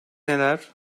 neler